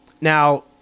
Now